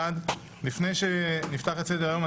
י"ג בחשוון התשפ"ב 19.10.2021. לפני שנפתח את סדר היום,